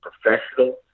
professional